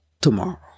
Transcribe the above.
tomorrow